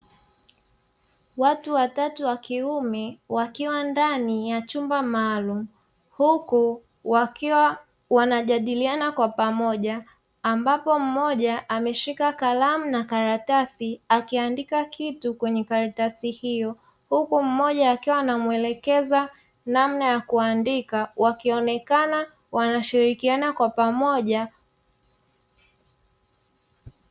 Watu watatu wa kiume wakiwa ndani ya chumba maalumu, huku wakiwa wanajadiliana kwa pamoja ambapo mmoja ameshika kalamu na karatasi akiandika kitu kwenye karatasi hiyo, huku mmoja akiwa na muelekeza namna ya kuandika wakionekana wanashirikiana kwa pamoja.